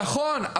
נכון,